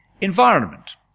environment